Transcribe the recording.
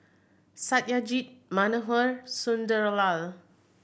Satyajit Manohar Sunderlal